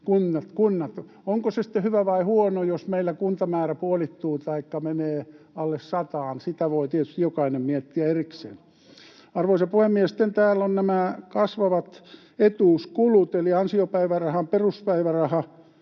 sitten kunnat. Onko se sitten hyvä vai huono, jos meillä kuntamäärä puolittuu taikka menee alle sataan, sitä voi tietysti jokainen miettiä erikseen. Arvoisa puhemies! Sitten täällä on nämä kasvavat etuuskulut, eli ansiopäivärahan peruspäiväraha